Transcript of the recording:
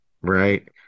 Right